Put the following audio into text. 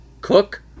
Cook